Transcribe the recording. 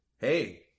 Hey